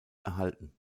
erhalten